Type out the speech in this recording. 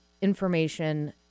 information